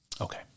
Okay